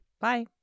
Bye